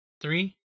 three